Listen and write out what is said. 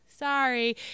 sorry